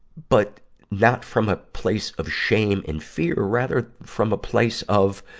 but not from a place of shame and fear. rather, from a place of,